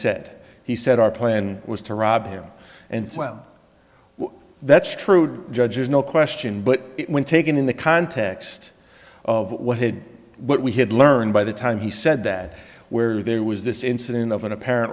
said he said our plan was to rob him and well that's true judges no question but when taken in the context of what had what we had learned by the time he said that where there was this incident of an apparent